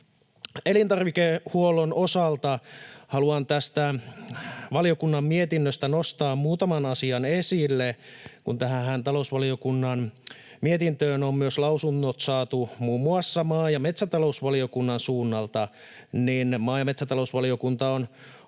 Elintarvikehuollon osalta haluan tästä valiokunnan mietinnöstä nostaa muutaman asian esille, kun tähän talousvaliokunnan mietintöönhän on myös saatu lausunnot muun muassa maa- ja metsätalousvaliokunnan suunnalta. Maa- ja metsätalousvaliokunta on